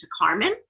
carmen